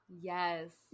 yes